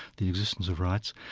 the existence of rights,